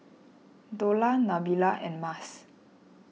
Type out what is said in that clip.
Dollah Nabila and Mas